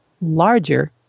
larger